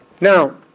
Now